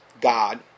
God